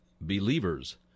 Believers